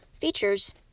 features